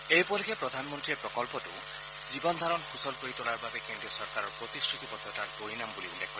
এই উপলক্ষে প্ৰধানমন্ৰীয়ে প্ৰকল্পটো জীৱনধাৰণ সুচল কৰি তোলাৰ বাবে কেন্দ্ৰীয় চৰকাৰৰ প্ৰতিশ্ৰুতিবদ্ধতাৰ পৰিণাম বুলি উল্লেখ কৰে